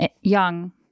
young